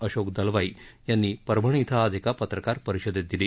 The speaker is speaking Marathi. अशोक दलवाई यांनी परभणी इथं आज एका पत्रकार परिषदेत दिली